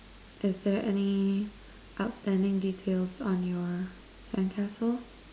is there any outstanding details on your sandcastle